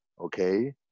Okay